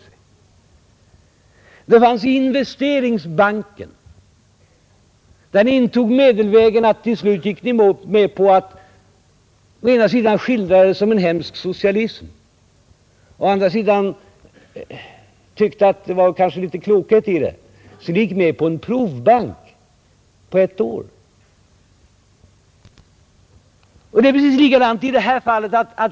Så var det beträffande den statliga investeringsbanken där ni valde medelvägen att till slut gå med på den. Å ena sidan skildrade ni den som en hemsk socialism, å andra sidan tyckte ni att det kanske var litet klokhet i tanken och därför gick ni med på en provbank under ett år. Det är precis likadant i detta fall.